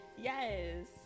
Yes